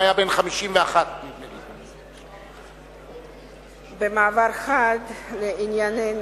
היום הוא היה בן 51. במעבר חד לענייננו.